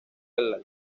del